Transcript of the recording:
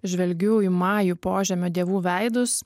žvelgiau į majų požemio dievų veidus